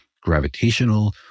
gravitational